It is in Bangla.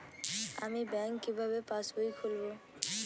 আমি ব্যাঙ্ক কিভাবে পাশবই খুলব?